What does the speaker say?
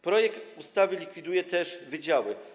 Projekt ustawy likwiduje też wydziały.